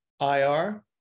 IR